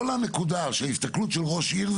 כל הנקודה של הסתכלות של ראש עיר,